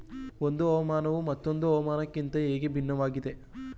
ಒಂದು ಹವಾಮಾನವು ಮತ್ತೊಂದು ಹವಾಮಾನಕಿಂತ ಹೇಗೆ ಭಿನ್ನವಾಗಿದೆ?